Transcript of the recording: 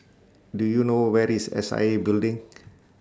Do YOU know Where IS S I A Building